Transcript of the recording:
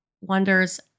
wonders